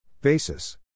Basis